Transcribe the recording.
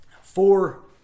four